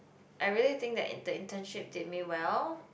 I really think that the internship did me well